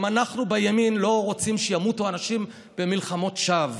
גם אנחנו בימין לא רוצים שימותו אנשים במלחמות שווא.